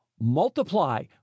Multiply